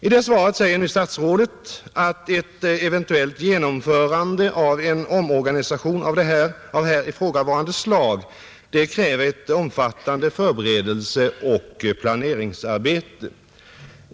I det svaret säger statsrådet att ett eventuellt genomförande av en omorganisation av här ifrågavarande slag kräver ett omfattande förberedelseoch planeringsarbete.